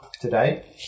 today